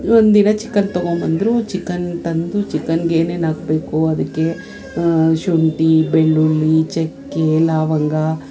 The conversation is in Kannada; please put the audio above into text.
ಒಂದಿನ ಚಿಕನ್ ತಗೊಬಂದ್ರು ಚಿಕನ್ ತಂದು ಚಿಕನ್ಗೆ ಏನೇನು ಹಾಕ್ಬೇಕು ಅದಕ್ಕೆ ಶುಂಠಿ ಬೆಳ್ಳುಳ್ಳಿ ಚಕ್ಕೆ ಲಾವಂಗ